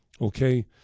Okay